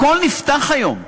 הכול נפתח היום.